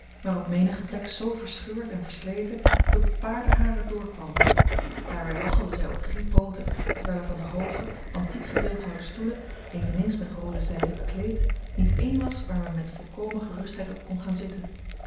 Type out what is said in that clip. maar op menige plek zoo verscheurd en versleten dat het paardenhaar er door kwam daarbij waggelde zij op drie pooten terwijl er van de hooge antiek gebeeldhouwde stoelen eveneens met roode zijde bekleed niet één was waar men met volkomen gerustheid op kon gaan zitten